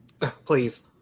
Please